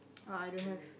oh I don't have